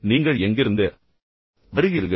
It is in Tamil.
எனவே நீங்கள் எங்கிருந்து வருகிறீர்கள்